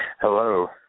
Hello